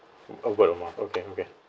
word of mouth okay okay